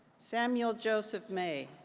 samuel joseph mae,